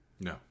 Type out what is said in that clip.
No